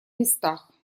местах